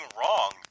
wrong